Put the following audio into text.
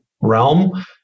realm